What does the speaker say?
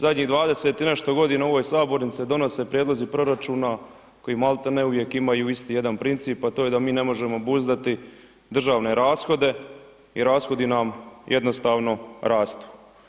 Zadnjih 20 i nešto godina u ovoj sabornici se donose prijedlozi proračuna koji maltene uvijek imaju isti jedan princip, a to je da mi ne možemo obuzdati državne rashode i rashodi nam jednostavno rastu.